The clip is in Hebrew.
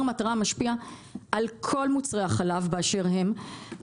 המטרה משפיע על כל מוצרי החלב באשר הם,